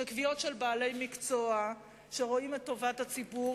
שקביעות של בעלי מקצוע שרואים את טובת הציבור